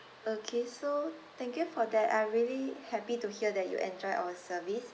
okay so thank you for that I really happy to hear that you enjoy our service